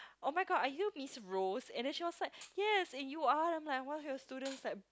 oh my god are you Miss Rose and then she was like yes and you are then I'm like one of your students like